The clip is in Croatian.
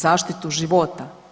Zaštitu života.